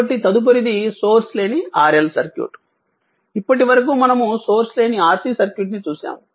కాబట్టి తదుపరిది సోర్స్ లేని RL సర్క్యూట్ ఇప్పుడు వరకు మనము సోర్స్ లేని RC సర్క్యూట్ ని చూసాము